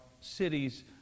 cities